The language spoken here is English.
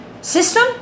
system